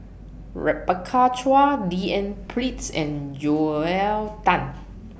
Rebecca Chua D N Pritt's and Joel Tan